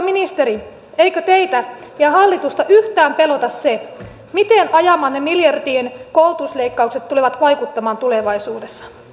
arvoisa ministeri eikö teitä ja hallitusta yhtään pelota se miten ajamanne miljardien koulutusleikkaukset tulevat vaikuttamaan tulevaisuudessa